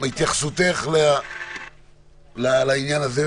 התייחסותך לעניין הזה,